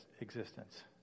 existence